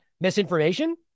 misinformation